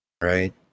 right